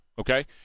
okay